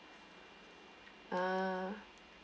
uh